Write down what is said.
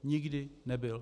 Nikdy nebyl.